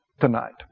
tonight